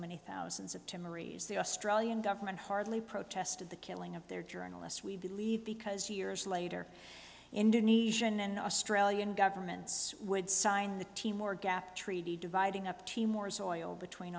many thousands of to marie's the australian government hardly protested the killing of their journalist we believe because years later indonesian and australian governments would sign the timor gap treaty dividing up timor soil between